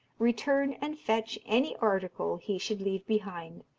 return and fetch any article he should leave behind,